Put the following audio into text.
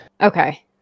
Okay